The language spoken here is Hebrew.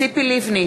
ציפי לבני,